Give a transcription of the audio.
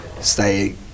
stay